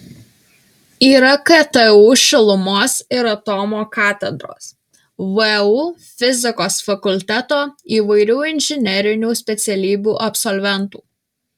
yra ktu šilumos ir atomo katedros vu fizikos fakulteto įvairių inžinerinių specialybių absolventų